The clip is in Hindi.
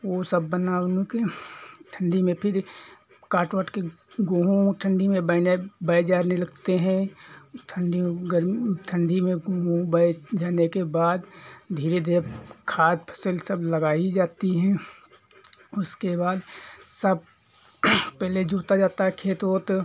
वो सब बना उना के ठंडी में फिर काट वाट के गेहूँ ओहूँ ठंडी में बैने बै जाने लगते हैं और ठंडी गर्मी ठंडी में गेहूँ बै जाने के बाद धीरे धीरे खाद फसल सब लगाई जाती हैं उसके बाद सब पहले जोता जाता है खेत ओत